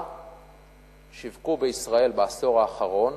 שיווקו בישראל בעשור האחרון